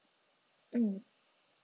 mm